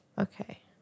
Okay